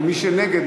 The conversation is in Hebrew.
ומי שנגד,